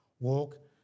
walk